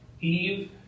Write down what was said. Eve